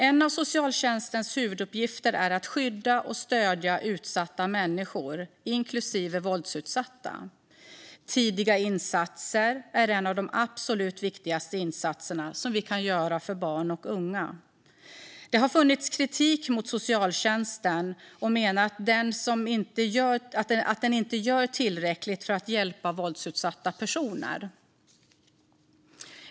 En av socialtjänstens huvuduppgifter är att skydda och stödja utsatta människor, inklusive våldsutsatta. Tidiga insatser är några av de absolut viktigaste insatser vi kan göra för barn och unga. Det har funnits kritik mot socialtjänsten för att den inte gör tillräckligt för att hjälpa våldsutsatta personer.